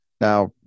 Now